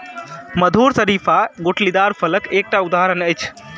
मधुर शरीफा गुठलीदार फलक एकटा उदहारण अछि